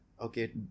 okay